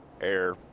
air